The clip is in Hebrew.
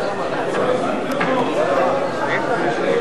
התשע"א 2011, נתקבל.